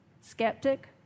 skeptic